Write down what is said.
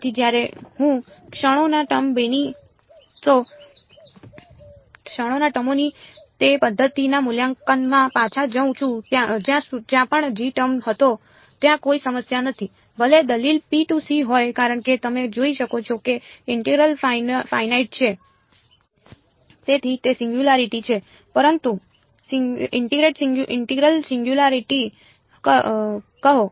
તેથી જ્યારે હું ક્ષણોના ટર્મ ોની તે પદ્ધતિના મૂલ્યાંકનમાં પાછા જઉં છું જ્યાં પણ g ટર્મ હતો ત્યાં કોઈ સમસ્યા નથી ભલે દલીલ હોય કારણ કે તમે જોઈ શકો છો કે ઇન્ટિગ્રલ ફાઇનાઇટ છે તેમ છતાં ફંક્શન ડેલ્ટા ફંક્શનની જેમ ઉડાવી રહ્યું છે ડેલ્ટા ફંક્શન ફૂંકાઈ રહ્યું છે પરંતુ તેનું ઇન્ટેગ્રલ અંગ ફાઇનાઇટ છે તેથી તે સિંગયુંલારીટી છે પરંતુ ઇન્ટીગ્રેટ સિંગયુંલારીટી કહો